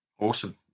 Awesome